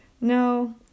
No